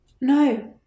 No